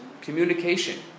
Communication